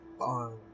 on